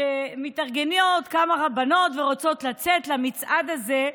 מתארגנות כמה בנות שרוצות לצאת למצעד הזה.